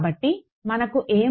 కాబట్టి మనకు ఏమి ఉంది